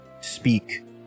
speak